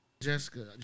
Jessica